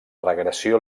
regressió